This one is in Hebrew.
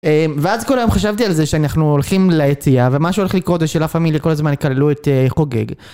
ואז כל היום חשבתי על זה שאנחנו הולכים ליציאה ומה שהולך לקרות זה שלה פמיליה כל הזמן יקללו את חוגג.